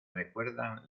recuerdan